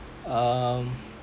um